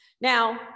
Now